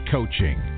Coaching